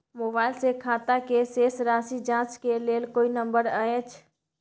Mobile से खाता के शेस राशि जाँच के लेल कोई नंबर अएछ?